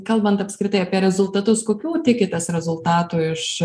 kalbant apskritai apie rezultatus kokių tikitės rezultatų iš